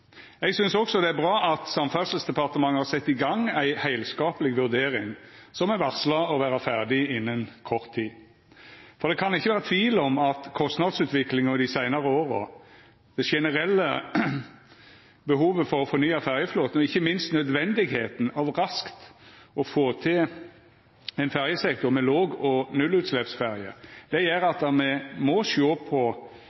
Eg synest også det er bra at Samferdselsdepartementet har sett i gang ei heilskapleg vurdering, som er varsla å vera ferdig innan kort tid, for det kan ikkje vera tvil om at kostnadsutviklinga dei seinare åra, det generelle behovet for å fornya ferjeflåten og ikkje minst nødvendigheita av raskt å få til ein ferjesektor med låg- og nullutsleppsferjer, gjer